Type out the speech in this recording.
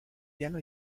piano